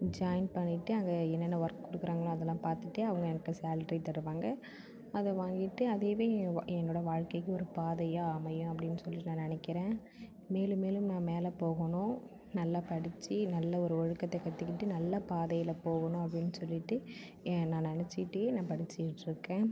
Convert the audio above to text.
join பண்ணிட்டு அங்கே என்னென்ன ஒர்க் கொடுக்குறாங்களோ அதலாம் பார்த்துட்டு அவங்க எனக்கு சேல்ரி தருவாங்க அதை வாங்கிட்டு அதையவே என் என்னோட வாழ்க்கைக்கு ஒரு பாதையாக அமையும் அப்படின் சொல்லி நான் நினைக்கிறேன் மேலும் மேலும் நான் மேலே போகணும் நல்ல படித்து இன்னும் நல்ல ஒரு ஒழுக்கத்தை கற்றுக்கிட்டு நல்ல பாதையில் போகணும் அப்படின் சொல்லிவிட்டு நான் நினச்சிக்கிட்டே நான் படிச்சிக்கிட்டிருக்கேன்